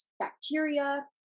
bacteria